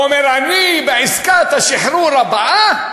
הוא אומר: אני, בעסקת השחרור הבאה,